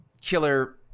killer